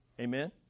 Amen